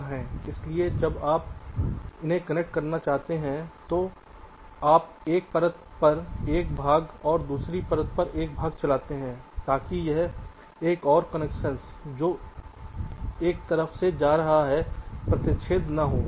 इसलिए जब आप उन्हें कनेक्ट करना चाहते हैं तो आप एक परत पर एक भाग और दूसरी परत पर एक भाग चलाते हैं ताकि यह एक और कनेक्शन जो एक तरफ से जा रहा है प्रतिच्छेद न हो